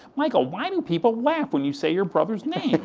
michael, why do people laugh when you say your brothers' names,